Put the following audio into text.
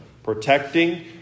Protecting